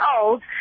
old